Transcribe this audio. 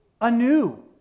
anew